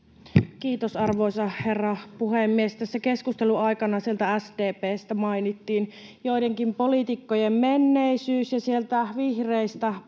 Kiitos, arvoisa herra puhemies! Tässä keskustelun aikana sieltä SDP:stä mainittiin joidenkin poliitikkojen menneisyys ja sieltä vihreistä Putin.